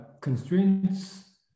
constraints